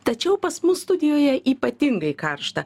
tačiau pas mus studijoje ypatingai karšta